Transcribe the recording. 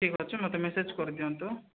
ଠିକ୍ ଅଛି ମୋତେ ମେସେଜ୍ କରି ଦିଅନ୍ତୁ